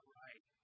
right